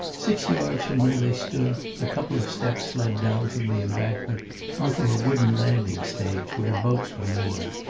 six yards from where they stood a couple of steps led down from the embankment on to a wooden landing-stage, where boats were moored.